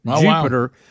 Jupiter